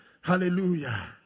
Hallelujah